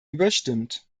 überstimmt